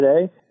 today